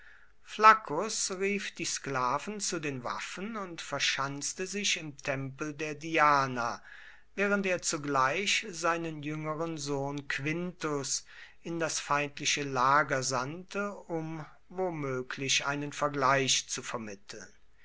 flaccus rief die sklaven zu den waffen und verschanzte sich im tempel der diana während er zugleich seinen jüngeren sohn quintus in das feindliche lager sandte um womöglich einen vergleich zu vermitteln